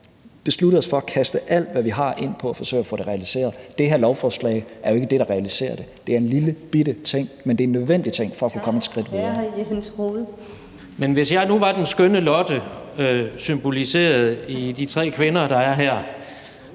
besluttet os for at kaste alt, hvad vi har, ind på at forsøge at få det realiseret. Det her lovforslag er jo ikke det, der realiserer det. Det er en lillebitte ting, men det er en nødvendig ting for at kunne komme et skridt videre. Kl. 18:29 Første næstformand (Karen